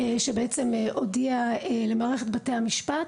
שבעצם הודיעה למערכת בתי המשפט